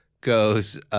goes